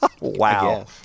wow